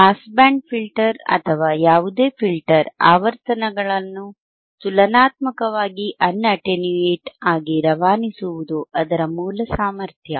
pass band filter ಅಥವಾ ಯಾವುದೇ filter ಆವರ್ತನಗಳನ್ನು ತುಲನಾತ್ಮಕವಾಗಿ ಅನ್ ಅಟೆನ್ಯೂಯೇಟ್ ಆಗಿ ರವಾನಿಸುವುದು ಅದರ ಮೂಲ ಸಾಮರ್ಥ್ಯ